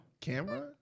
Camera